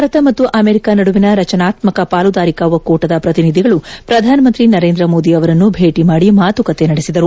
ಭಾರತ ಮತ್ತು ಅಮೆರಿಕ ನಡುವಿನ ರಚನಾತ್ಮಕ ಪಾಲುದಾರಿಕಾ ಒಕ್ಕೂಟದ ಪ್ರತಿನಿಧಿಗಳು ಪ್ರಧಾನಮಂತ್ರಿ ನರೇಂದ್ರ ಮೋದಿ ಅವರನ್ನು ಭೇಟಿ ಮಾಡಿ ಮಾತುಕತೆ ನಡೆಸಿದರು